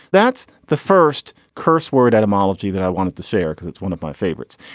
that's the first curse word etymology that i wanted to share because it's one of my favorites.